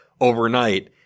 overnight